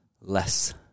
less